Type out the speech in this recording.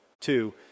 Two